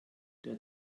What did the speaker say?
der